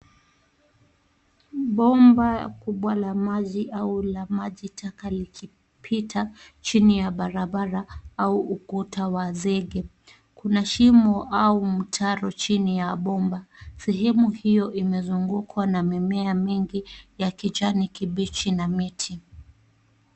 Bomba kubwa la maji au la maji taka likipita chini ya barabara au ukuta wa zenge. Kuna shimo au mtaro chini ya bomba. Sehemu hiyo imezungukwa na mimea mingi ya kijani kibichi na miti.